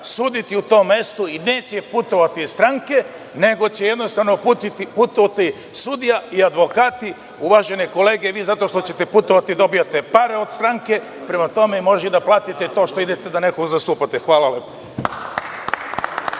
suditi u tom mestu i neće putovati stranke, nego će jednostavno putovati sudija i advokati. Uvažene kolege, vi zato što ćete putovati, dobijate pare od stranke, prema tome možete i da platite to što idete nekog da zastupate. Hvala lepo.